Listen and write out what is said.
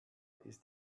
ist